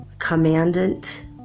commandant